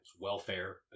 Welfare